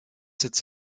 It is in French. cette